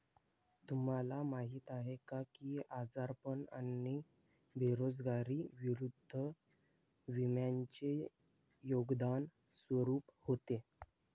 तुम्हाला माहीत आहे का की आजारपण आणि बेरोजगारी विरुद्ध विम्याचे योगदान स्वरूप होते?